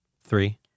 Three